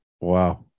Wow